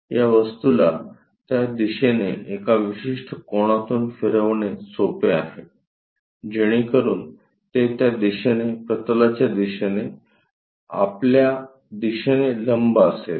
या वस्तूला त्या दिशेने एका विशिष्ट कोनातून फिरविणे सोपे आहे जेणेकरून ते त्या दिशेने प्रतलाच्या दिशेनेआपल्या दिशेने लंब असेल